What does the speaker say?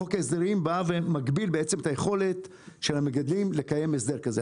חוק ההסדרים בא ומגביל את היכולת של המגדלים לקיים הסדר כזה.